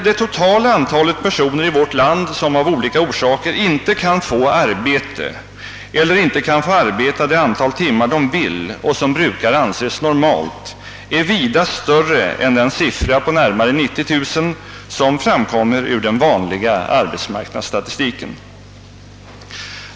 Det totala antalet personer i vårt land som av olika orsaker inte kan få arbete eller inte kan få arbeta det antal timmar de vill och som brukar anses normalt är vida större än den siffra på närmare 90 000 som framkommer ur den vanliga arbetmarknadsstatistiken.